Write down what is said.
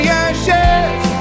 ashes